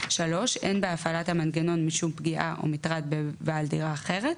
(3)אין בהפעלת המנגנון משום פגיעה או מטרד בבעל דירה אחרת,